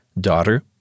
Daughter